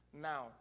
Now